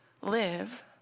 live